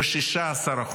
ב-16%.